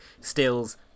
Stills